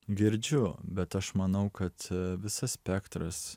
girdžiu bet aš manau kad visas spektras